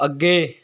ਅੱਗੇ